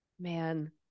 Man